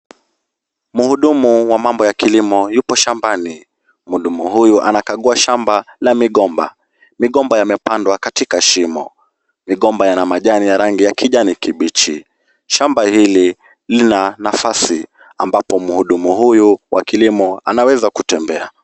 Mhudumu wa mambo ya kilimo yupo shambani. Mhudumu huyu anakagua shamba la migomba. Migomba yamepandwa katika shimo. Migomba yana majani ya rangi ya kijani kibichi. Shamba hili lina nafasi ambapo mhudumu huyu wa kilimo anaweza kutembea.